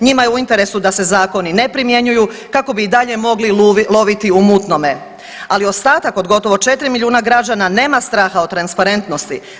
Njima je u interesu da se Zakoni ne primjenjuju kako bi i dalje mogli loviti u mutnome, ali ostatak od gotovo 4 milijuna građana nema straha od transparentnosti.